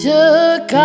Took